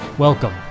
Welcome